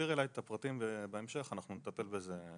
תעבירי אליי את הפרטים ואנחנו נטפל בזה בהמשך.